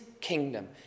kingdom